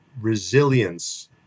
resilience